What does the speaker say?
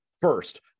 First